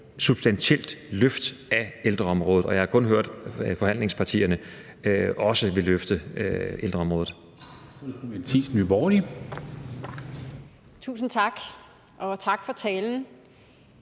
substantielt løft af ældreområdet, og jeg har kun hørt, at forhandlingspartierne også vil løfte ældreområdet. Kl. 12:07 Formanden